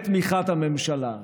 בתמיכת הממשלה.